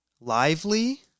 Lively